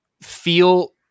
feel